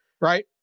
right